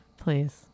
please